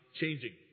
changing